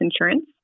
insurance